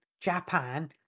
japan